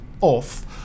off